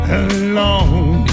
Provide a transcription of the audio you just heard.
alone